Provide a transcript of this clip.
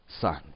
Son